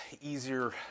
easier